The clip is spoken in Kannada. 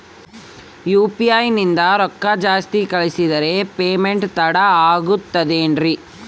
ಯು.ಪಿ.ಐ ನಿಂದ ರೊಕ್ಕ ಜಾಸ್ತಿ ಕಳಿಸಿದರೆ ಪೇಮೆಂಟ್ ತಡ ಆಗುತ್ತದೆ ಎನ್ರಿ?